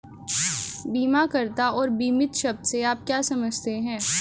बीमाकर्ता और बीमित शब्द से आप क्या समझते हैं?